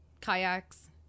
kayaks